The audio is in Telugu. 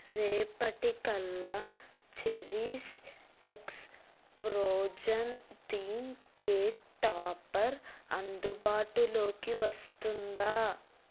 రేపటికల్లా cherries x Frozen theme cake topper అందుబాటులోకి వస్తుందా